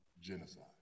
genocide